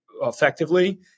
effectively